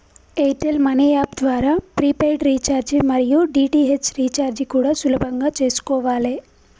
air tell money app ద్వారా prepaid recharge మరియు DTH recharge కూడా సులభంగా చేసుకోవాలే